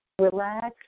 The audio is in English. relax